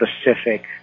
specific